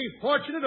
fortunate